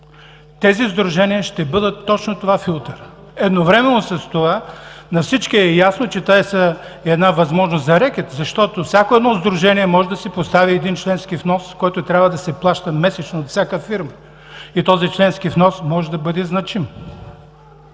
тези сдружения ще бъдат точно филтър. Едновременно с това на всички е ясно, че те са една възможност за рекет, защото във всяко сдружение може да се постави членски внос, който трябва да се плаща месечно от всяка фирма. И този членски внос може да бъде значим.